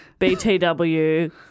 BTW